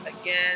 again